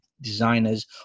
designers